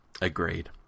Agreed